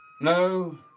No